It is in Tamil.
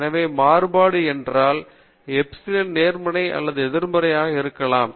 எனவே மாறுபாடு ஏனென்றால் epsilon நேர்மறை அல்லது எதிர்மறையாக இருக்கலாம்